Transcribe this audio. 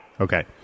Okay